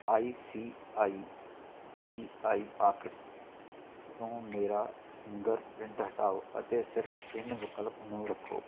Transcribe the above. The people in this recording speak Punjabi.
I C I C I Pockets ਤੋਂ ਮੇਰਾ ਫਿੰਗਰ ਪ੍ਰਿੰਟ ਹਟਾਓ ਅਤੇ ਸਿਰਫ਼ ਪਿਨ ਵਿਕਲਪ ਨੂੰ ਰੱਖੋ